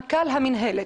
מנכ"ל המינהלת,